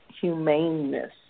humaneness